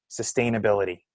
sustainability